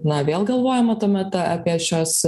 na vėl galvojama tuomet apie šios